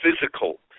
physical